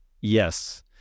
Yes